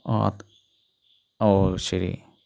ഓ ശരി